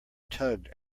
tugged